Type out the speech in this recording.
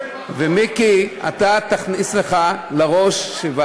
הוא התבלבל בחוק.